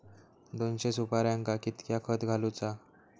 दोनशे सुपार्यांका कितक्या खत घालूचा?